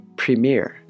premiere